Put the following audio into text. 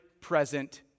present